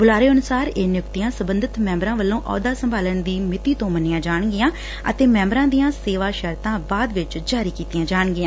ਬੁਲਾਰੇ ਅਨੁਸਾਰ ਇਹ ਨਿਯੁਕਤੀਆਂ ਸਬੰਧਤ ਮੈਬਰਾਂ ਵੱਲੋ ਅਹੁਦਾ ਸੰਭਾਲਣ ਦੀ ਮਿਤੀ ਤੋਂ ਮੰਨੀਆਂ ਜਾਣਗੀਆਂ ਅਤੇ ਮੈਂਬਰਾਂ ਦੀਆਂ ਸੇਵਾ ਸ਼ਰਤਾਂ ਬਾਅਦ ਵਿੱਚ ਜਾਰੀ ਕੀਤੀਆਂ ਜਾਣਗੀਆਂ